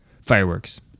fireworks